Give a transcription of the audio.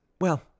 Well-